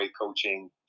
coaching